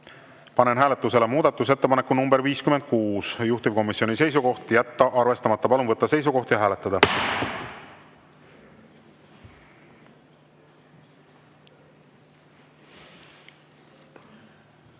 Panen hääletusele muudatusettepaneku nr 59, juhtivkomisjoni seisukoht on jätta arvestamata. Palun võtta seisukoht ja hääletada!